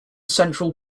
central